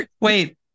wait